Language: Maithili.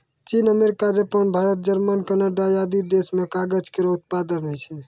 चीन, America, Japan, Bharat, Germany, Canada आदि देस म कागज केरो उत्पादन होय छै